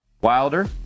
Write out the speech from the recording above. Wilder